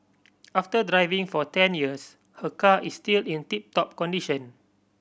after driving for ten years her car is still in tip top condition